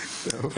נכון.